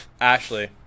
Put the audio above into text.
Ashley